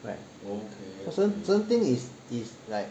right cer~ certain thing is is like